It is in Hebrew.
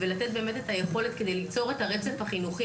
ולתת את היכולת כדי ליצור את הרצף החינוכי